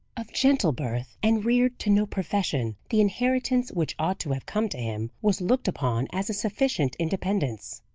of gentle birth, and reared to no profession, the inheritance which ought to have come to him was looked upon as a sufficient independence.